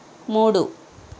మూడు